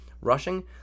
Rushing